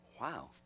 Wow